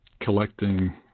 collecting